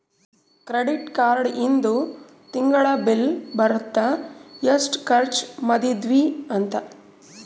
credit card ಇಂದು ತಿಂಗಳ bill ಬರುತ್ತ ಎಸ್ಟ ಖರ್ಚ ಮದಿದ್ವಿ ಅಂತ